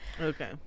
Okay